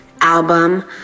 album